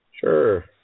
Sure